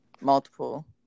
multiple